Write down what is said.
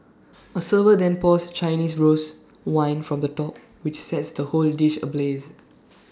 A server then pours Chinese rose wine from the top which sets the whole dish ablaze